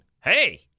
hey